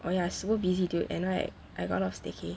oh ya super busy dude and like I got a lot of staycay